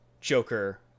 Joker